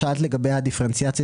שאלת לגבי הדיפרנציאציה.